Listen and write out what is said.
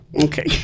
okay